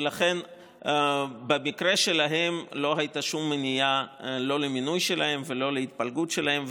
ולכן במקרה שלהם לא הייתה שום מניעה לא למינוי שלהם ולא להתפלגות שלהם.